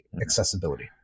accessibility